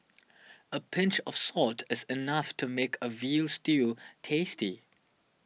a pinch of salt is enough to make a Veal Stew tasty